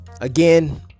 Again